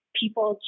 people